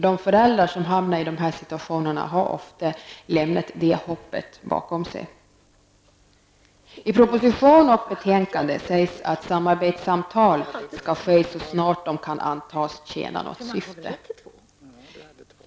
De föräldrar som hamnar i sådana här situationer har nämligen ofta lämnat det hoppet bakom sig. I proposition och betänkande sägs att samarbetssamtal skall ske så snart sådana kan antas tjäna något syfte.